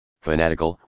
fanatical